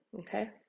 okay